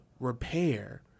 repair